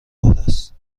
است